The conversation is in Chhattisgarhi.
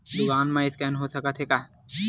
दुकान मा स्कैन हो सकत हे का?